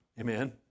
Amen